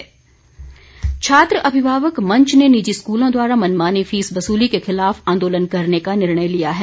मंच छात्र अभिभावक मंच ने निजी स्कूलों द्वारा मनमानी फीस वसूली के खिलाफ आंदोलन करने का निर्णय लिया है